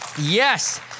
Yes